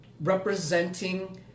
representing